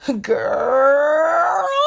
Girl